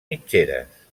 mitgeres